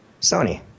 Sony